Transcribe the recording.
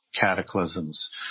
cataclysms